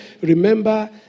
remember